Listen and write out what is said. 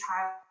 child